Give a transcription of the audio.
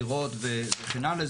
לראות וכן הלאה.